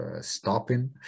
stopping